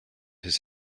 his